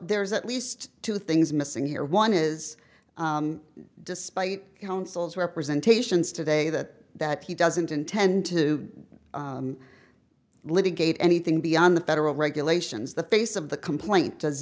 there is at least two things missing here one is despite councils representation stood a that that he doesn't intend to litigate anything beyond the federal regulations the face of the complaint does